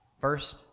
First